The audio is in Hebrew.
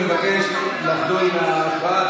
אני מבקש לחדול עם ההפרעה.